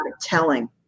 telling